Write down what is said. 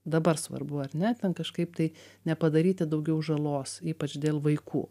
dabar svarbu ar ne ten kažkaip tai nepadaryti daugiau žalos ypač dėl vaikų